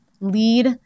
lead